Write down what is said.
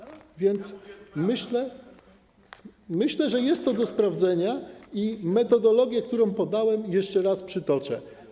A więc myślę, że jest to do sprawdzenia, i metodologię, którą podałem, jeszcze raz przytoczę.